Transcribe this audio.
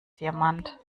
diamant